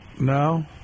No